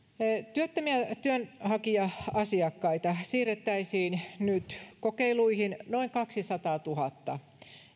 työttömiä työnhakija asiakkaita siirrettäisiin nyt kokeiluihin noin kaksisataatuhatta